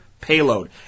payload